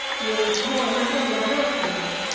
willie's boy run over by an automobile,